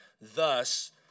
Thus